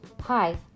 Hi